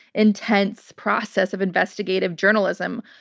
intense process of investigative journalism.